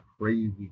crazy